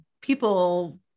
people